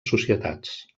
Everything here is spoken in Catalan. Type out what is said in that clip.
societats